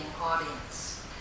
audience